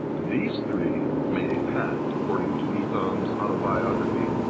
these three made a pact, according to nizam's autobiography,